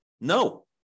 No